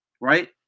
Right